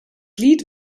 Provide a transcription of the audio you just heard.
lied